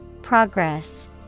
Progress